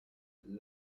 yagize